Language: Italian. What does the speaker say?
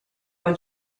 con